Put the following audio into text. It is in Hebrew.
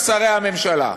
שרי הממשלה?